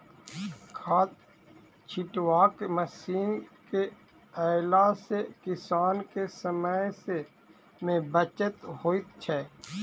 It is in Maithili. खाद छिटबाक मशीन के अयला सॅ किसान के समय मे बचत होइत छै